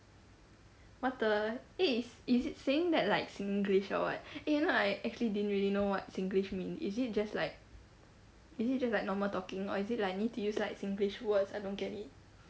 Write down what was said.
what the eh is it saying that like singlish or what eh you know I actually didn't really know what singlish mean is it just like is it just like normal talking or is it like need to use like singlish words I don't get it